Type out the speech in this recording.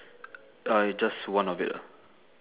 uh just one of it ah